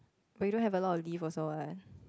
we don't have a lot of leave also what